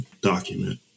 document